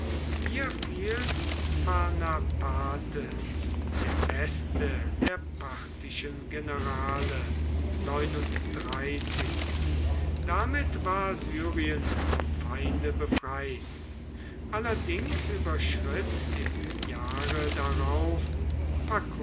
hier fiel pharnapates der beste der parthischen generale damit war syrien vom feinde befreit allerdings überschritt im jahre darauf